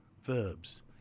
verbs